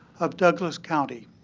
of douglas county.